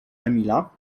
emila